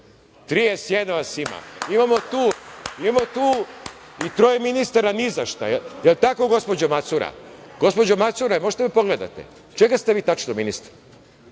31 vas ima. Imamo tu i troje ministara nizašta, jel tako gospođo Macura? Gospođo Macura možete da me pogledate. Čega ste vi tačno ministar?